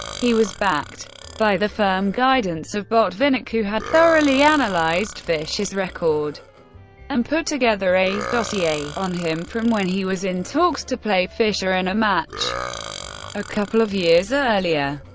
he was backed by the firm guidance of botvinnik, who had thoroughly analysed fischer's record and put together a dossier on him, from when he was in talks to play fischer in a match a couple of years earlier.